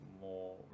more